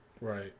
Right